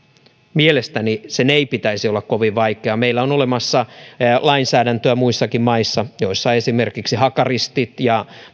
mielestäni sen ei pitäisi olla kovin vaikeaa on olemassa lainsäädäntöä muissakin maissa joissa esimerkiksi hakaristien ja